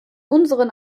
unseren